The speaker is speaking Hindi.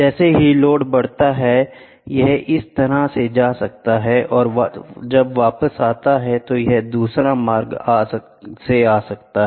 जैसे ही लोड बढ़ता है यह इस तरह से जा सकता है और जब वापस आता है तो यह दूसरे मार्ग आ सकता है